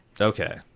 Okay